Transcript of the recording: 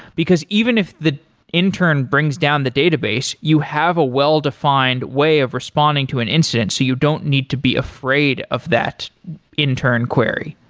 because even if the intern brings down the database, you have a well-defined way of responding to an incident so you don't need to be afraid of that in turn query.